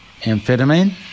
amphetamine